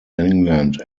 england